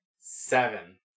seven